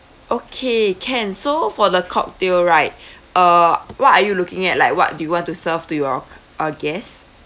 okay can so for the cocktail right uh what are you looking at like what do you want to serve to your uh guest